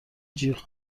جیغ